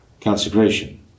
consecration